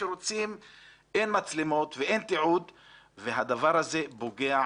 כשרוצים אין מצלמות ואין תיעוד והדבר הזה פוגע